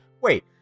Wait